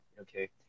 okay